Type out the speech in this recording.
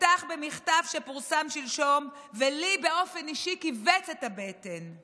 אפתח במכתב שפורסם שלשום ולי באופן אישי כיווץ את הבטן.